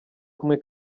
kumwe